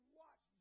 watch